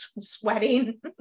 sweating